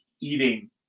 eating